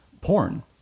porn